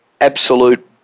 absolute